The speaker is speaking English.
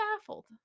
baffled